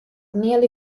nearly